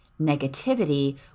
negativity